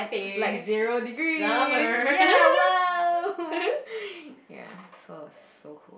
like zero degrees ya !wow! ya so so cold